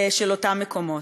של אותם מקומות.